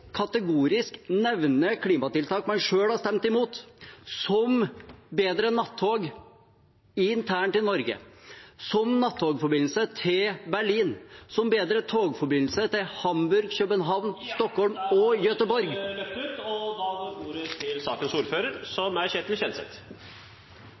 kategorisk å unnlate å nevne klimatiltak man selv har stemt mot, som bedre nattog internt i Norge, som nattogforbindelse til Berlin, som bedre togforbindelse til Hamburg, København, Stockholm og Göteborg … Da